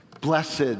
Blessed